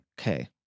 Okay